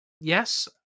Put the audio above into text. yes